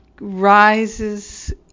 rises